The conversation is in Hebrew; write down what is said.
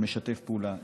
שמשתף פעולה,